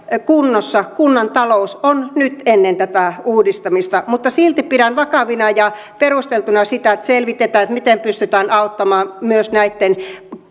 kunnossa kunnan talous on nyt ennen tätä uudistamista mutta silti pidän vakavana ja perusteltuna sitä että selvitetään miten pystytään auttamaan myös näitten